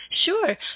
Sure